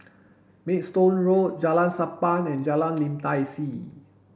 Maidstone Road Jalan Sappan and Jalan Lim Tai See